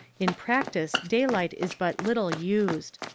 in practice daylight is but little used.